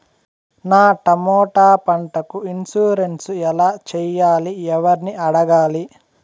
నా టమోటా పంటకు ఇన్సూరెన్సు ఎలా చెయ్యాలి? ఎవర్ని అడగాలి?